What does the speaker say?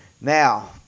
now